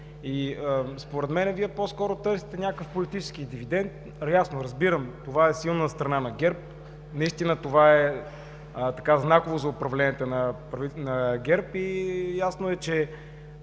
според мен Вие по-скоро търсите някакъв политически дивидент. Ясно, разбирам, това е силната страна на ГЕРБ. Наистина това е знаково за управлението на ГЕРБ и е ясно, че